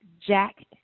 Jack